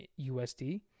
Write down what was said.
USD